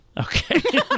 Okay